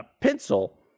pencil